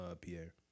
Pierre